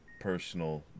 personal